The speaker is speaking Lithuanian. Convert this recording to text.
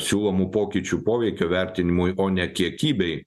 siūlomų pokyčių poveikio vertinimui o ne kiekybei